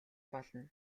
болно